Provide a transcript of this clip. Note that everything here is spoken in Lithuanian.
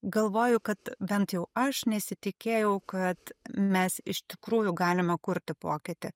galvoju kad bent jau aš nesitikėjau kad mes iš tikrųjų galime kurti pokytį